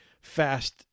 fast